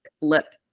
lip